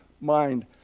mind